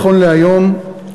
נכון להיום,